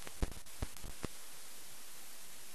לא פחות מאריה אלדד ולא פחות ממני,